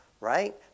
right